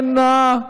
איננה,